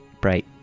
bright